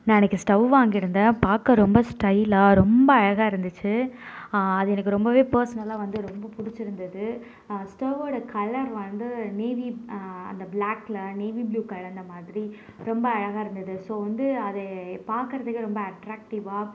நான் இன்னிக்கு ஸ்டவ் வாங்கியிருந்தேன் பார்க்க ரொம்ப ஸ்டைலாக ரொம்ப அழகாக இருந்துச்சு அது எனக்கு ரொம்பவே பர்சனலாக வந்து ரெண்டு பிடிச்சிருந்துது ஸ்டவ் கலர் வந்து நேவி அந்த பிளாக்கில் நேவி ப்ளூ கலந்த மாதிரி ரொம்ப அழகாக இருந்தது ஸோ வந்து அது பார்க்குறதுக்கே ரொம்ப அட்ராக்டிவாக